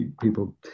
people